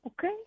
Okay